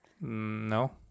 no